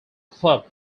club